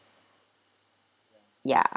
ya